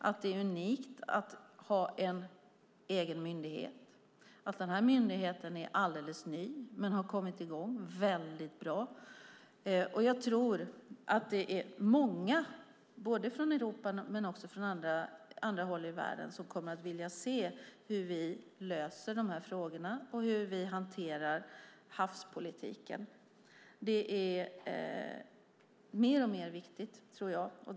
Det är också unikt att ha en egen myndighet. Myndigheten är ny, men har kommit i gång bra. Jag tror att många i Europa och på andra håll i världen som kommer att vilja se hur vi löser dessa frågor och hur vi hanterar havspolitiken. Det blir mer och mer viktigt.